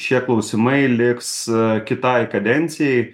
šie klausimai liks a kitai kadencijai